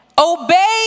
Obey